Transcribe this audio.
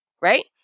right